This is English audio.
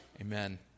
Amen